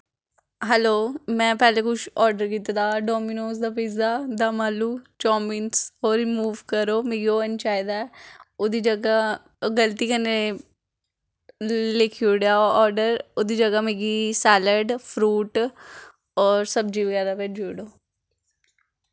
hello में पैह्लै कुछ आर्डर कीते दा डोमिनोस दा पीजा दम्म आलू चॉमिन ओह् रिमूव करो मिगी ओह् निं चाहिदा ऐ ओह्दी जगह गल्ती कन्नै लिखी ओड़ेआ आर्डर ओह्दी जगह मिगी सैलड़ फ्रूट होर सब्जी बगैरा भेज्जी ओड़ो